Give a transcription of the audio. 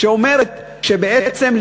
שאומרת שבעצם,